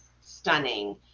stunning